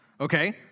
okay